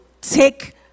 take